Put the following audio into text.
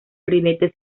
ribetes